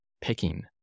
picking